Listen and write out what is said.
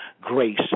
grace